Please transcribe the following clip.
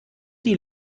die